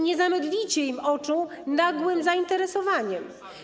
Nie zamydlicie im oczu nagłym zainteresowaniem.